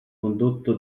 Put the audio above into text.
condotto